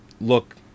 look